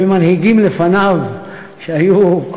ומנהיגים שהיו לפניו,